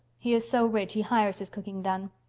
he is so rich he hires his cooking done.